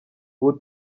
ubu